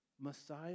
Messiah